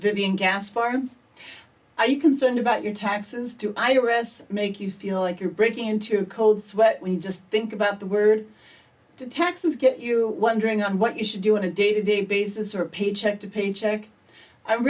vivian gas farm are you concerned about your taxes too either as make you feel like you're breaking into a cold sweat when you just think about the word taxes get you wondering what you should do in a day to day basis or paycheck to paycheck i